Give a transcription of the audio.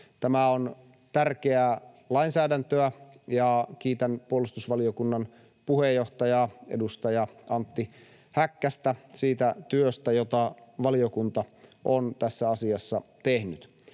Tämä on tärkeää lainsäädäntöä, ja kiitän puolustusvaliokunnan puheenjohtajaa, edustaja Antti Häkkästä siitä työstä, jota valiokunta on tässä asiassa tehnyt.